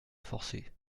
forcer